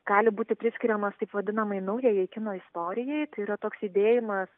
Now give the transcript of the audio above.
gali būti priskiriamas taip vadinamai naujajai kino istorijai tai yra toks judėjimas